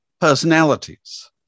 personalities